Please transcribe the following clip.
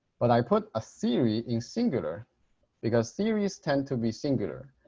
but i put a series in singular because theories tend to be singular.